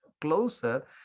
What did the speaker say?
closer